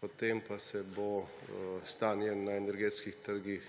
potem pa se bo stanje na energetskih trgih,